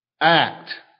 act